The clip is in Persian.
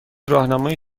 راهنمای